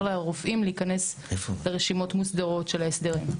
לרופאים להיכנס לרשימות מוסדרות של ההסדר.